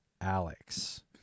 Alex